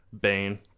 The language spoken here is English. Bane